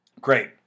Great